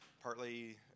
partly